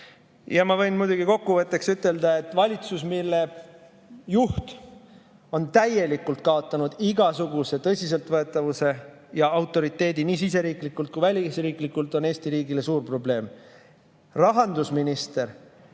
Ja ma võin muidugi kokkuvõtteks ütelda, et valitsus, mille juht on täielikult kaotanud igasuguse tõsiseltvõetavuse ja autoriteedi nii siseriiklikult kui ka välisriiklikult, on Eesti riigile suur probleem. Rahandusminister,